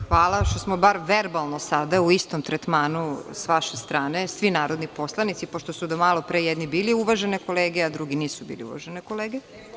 Hvala, što smo bar verbalno u istom tretmanu s vaše strane, svi narodni poslanici, pošto su do malo pre jedni bili uvažene kolege, a drugi nisu bili uvažene kolege.